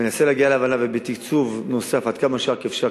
אני מנסה להגיע להבנה ולתקצוב נוסף עד כמה שאפשר,